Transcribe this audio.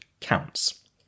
counts